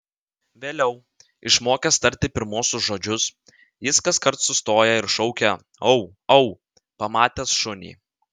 vėliau išmokęs tarti pirmuosius žodžius jis kaskart sustoja ir šaukia au au pamatęs šunį